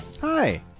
Hi